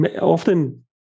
Often